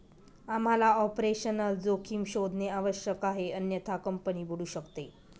आम्हाला ऑपरेशनल जोखीम शोधणे आवश्यक आहे अन्यथा कंपनी बुडू शकते